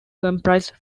comprise